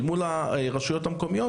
אל מול הרשויות המקומיות,